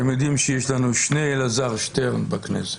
אתם יודעים שיש לנו שני אלעזר שטרן בכנסת,